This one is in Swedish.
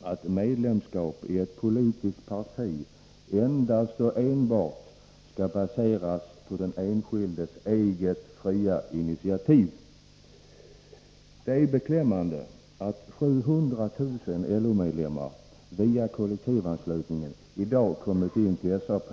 att medlemskap i ett politiskt parti endast och enbart skall baseras på den enskildes eget fria initiativ. Det är beklämmande att 700 000 LO-medlemmar via kollektivanslutning i dag är medlemmar i SAP.